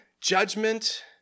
judgment